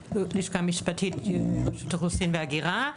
הלשכה המשפטית רשות האוכלוסין וההגירה,